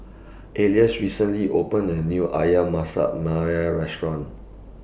Alys recently opened A New Ayam Masak Merah Restaurant